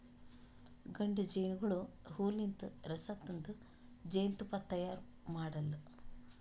ಗಂಡ ಜೇನಹುಳಗೋಳು ಹೂವಲಿಂತ್ ರಸ ತಂದ್ ಜೇನ್ತುಪ್ಪಾ ತೈಯಾರ್ ಮಾಡಲ್ಲಾ